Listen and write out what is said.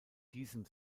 diesem